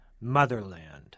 Motherland